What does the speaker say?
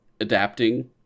adapting